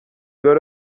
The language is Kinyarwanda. bari